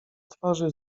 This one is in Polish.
twarzy